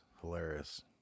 hilarious